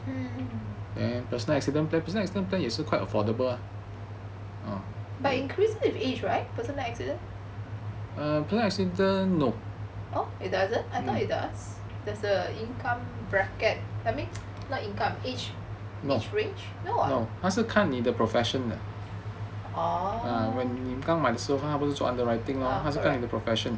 mm but increase with age right personal accident oh it doesn't I thought it does there's an income bracket I mean not income age range orh